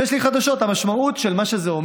ויש לי חדשות: המשמעות של זה היא